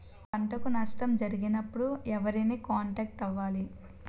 పంటకు నష్టం జరిగినప్పుడు ఎవరిని కాంటాక్ట్ అవ్వాలి?